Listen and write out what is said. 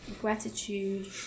gratitude